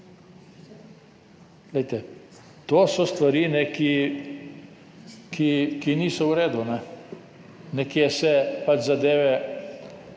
to so stvari, ki niso v redu. Nekje se pač zadeve